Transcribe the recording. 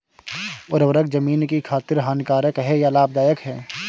उर्वरक ज़मीन की खातिर हानिकारक है या लाभदायक है?